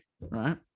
right